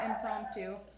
impromptu